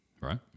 right